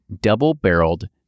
double-barreled